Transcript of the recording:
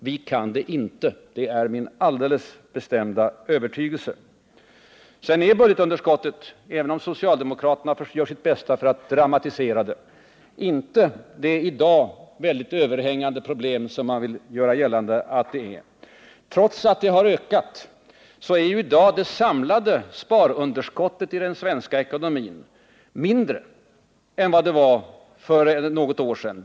Vi kan det inte, det är min alldeles bestämda övertygelse. Även om socialdemokraterna gör sitt bästa för att dramatisera budgetunderskottet, är det faktiskt i dag inte ett så överhängande problem som man vill göra gällande. Det samlade sparunderskottet i den svenska ekonomin är i dag mindre än det var för något år sedan.